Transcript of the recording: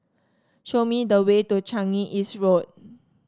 show me the way to Changi East Road